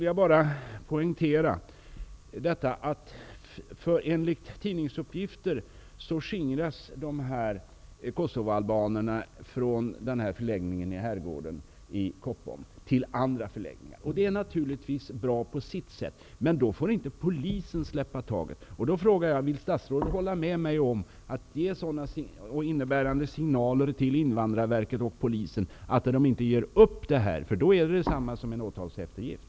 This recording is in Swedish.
Jag vill poängtera att Kosovoalbanerna från denna förläggning i herrgården i Koppom enligt tidningsuppgifter skingras till andra förläggningar. Det är naturligtvis bra på sitt sätt. Men då får inte polisen släppa taget. Jag skall ställa en fråga till statsrådet. Vill statsrådet hålla med mig om att det skall ges signaler till Invandrarverket och polisen som innebär att de inte ger upp detta? Om man gör det är det detsamma som en åtalseftergift.